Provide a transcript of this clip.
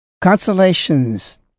consolations